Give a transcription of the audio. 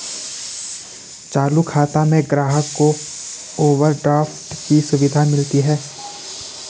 चालू खाता में ग्राहक को ओवरड्राफ्ट की सुविधा मिलती है